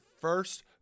first